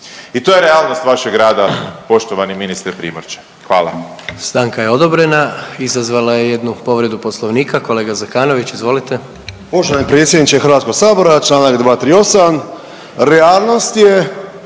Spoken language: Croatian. i to je realnost vašeg rada, poštovani ministre Primorče. Hvala.